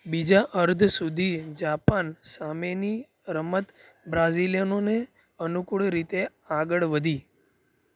બીજા અર્ધ સુધી જાપાન સામેની રમત બ્રાઝિલિયનોને અનુકૂળ રીતે આગળ વધી